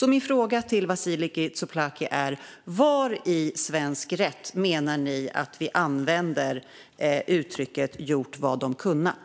Min fråga till Vasiliki Tsouplaki är: Var i svensk rätt menar ni att vi använder uttrycket "gjort vad de har kunnat"?